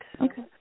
Okay